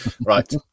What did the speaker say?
right